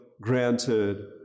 granted